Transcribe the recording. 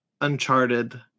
Uncharted